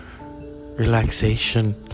Relaxation